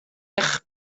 eich